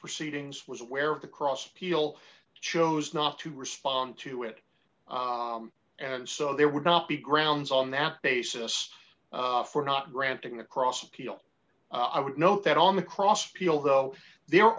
proceedings was aware of the cross appeal chose not to respond to it and so there would not be grounds on that basis for not granting the cross appeal i would note that on the cross appeal though there